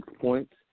points